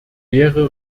wäre